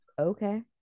okay